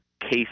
case